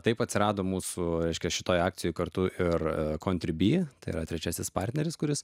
taip atsirado mūsų reiškia šitoje akcijoje kartu ir kontribi tai yra trečiasis partneris kuris